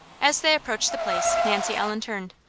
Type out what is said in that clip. as they approached the place nancy ellen turned.